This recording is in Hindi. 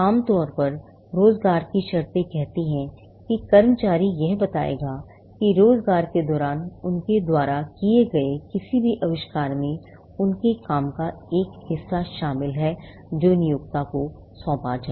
आमतौर पर रोजगार की शर्तें कहती हैं कि कर्मचारी यह बताएगा कि रोजगार के दौरान उनके द्वारा किए गए किसी भी आविष्कार में उनके काम का एक हिस्सा शामिल हैजो नियोक्ता को सौंपा जाए